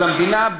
אז המדינה,